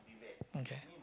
okay